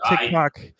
tiktok